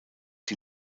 die